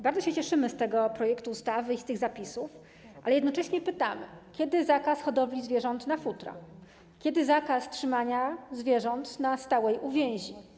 Bardzo się cieszymy z tego projektu ustawy i z tych zapisów, ale jednocześnie pytamy, kiedy zakaz hodowli zwierząt na futra, kiedy zakaz trzymania zwierząt na stałej uwięzi.